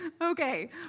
Okay